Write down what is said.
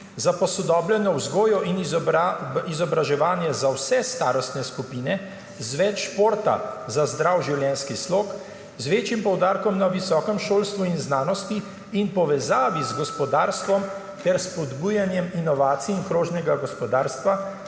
za posodobljeno vzgojo in izobraževanje za vse starostne skupine z več športa za zdrav življenjski slog, z večjim poudarkom na visokem šolstvu in znanosti in povezavi z gospodarstvom ter spodbujanjem inovacij in krožnega gospodarstva,